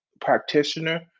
practitioner